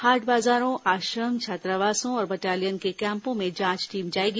हाट बाजारों आश्रम छात्रावासों और बटालियन के कैंपों में जांच टीम जाएगी